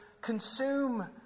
consume